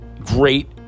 Great